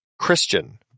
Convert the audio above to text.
Christian